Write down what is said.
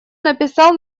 написал